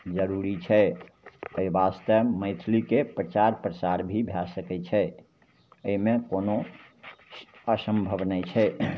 जरूरी छै एहि वास्ते मैथिलीके प्रचार प्रसार भी भै सकै छै एहिमे कोनो असम्भव नहि छै